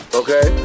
okay